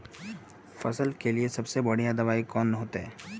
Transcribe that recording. फसल के लिए सबसे बढ़िया दबाइ कौन होते?